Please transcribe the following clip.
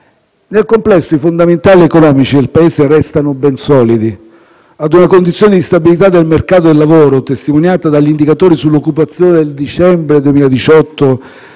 Nel complesso, i fondamentali economici del Paese restano ben solidi. A una condizione di stabilità del mercato del lavoro, testimoniata dagli indicatori sull'occupazione del dicembre 2018